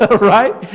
Right